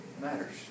Matters